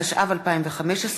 התשע"ו 2015,